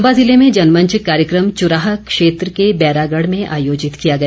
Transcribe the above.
चम्बा ज़िले में जनमंच कार्यक्रम चुराह क्षेत्र के बैरागढ़ में आयोजित किया गया